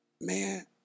man